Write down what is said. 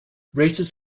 races